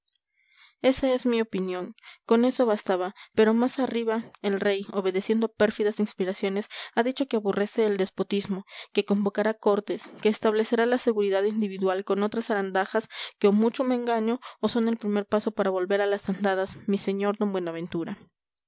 esa es mi opinión con eso bastaba pero más arriba el rey obedeciendo a pérfidas inspiraciones ha dicho que aborrece el despotismo que convocará cortes que establecerá la seguridad individual con otras zarandajas que o mucho me engaño o son el primer paso para volver a las andadas mi sr d buenaventura